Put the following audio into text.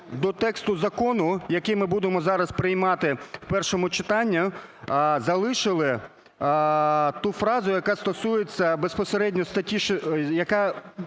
у тексті закону, який ми будемо зараз приймати у першому читанні, залишили ту фразу, яка стосується безпосередньо статті…